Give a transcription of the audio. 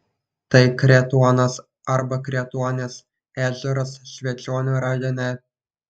tai kretuonas arba kretuonis ežeras švenčionių rajone